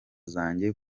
zanjye